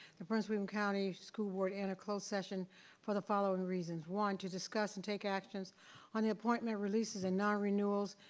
the prince william county school board enter closed session for the following reasons. one, to discuss and take actions on the appointment releases and non renewals,